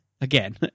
again